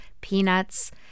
peanuts